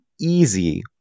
easy